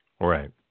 Right